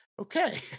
Okay